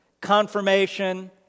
confirmation